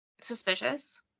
Suspicious